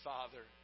Father